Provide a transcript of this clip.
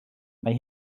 mae